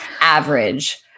average